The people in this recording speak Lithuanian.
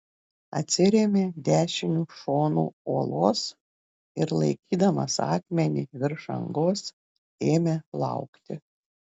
atsirėmė dešiniu šonu uolos ir laikydamas akmenį virš angos ėmė laukti